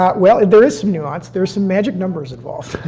um well, and there is some nuance. there's some magic numbers involved.